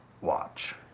watch